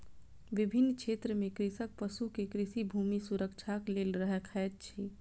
विभिन्न क्षेत्र में कृषक पशु के कृषि भूमि सुरक्षाक लेल रखैत अछि